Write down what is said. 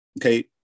Okay